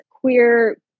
queer